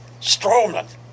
Strowman